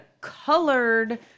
colored